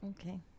okay